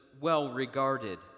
well-regarded